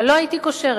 אבל לא הייתי קושרת.